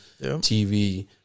TV